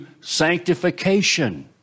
sanctification